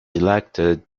elected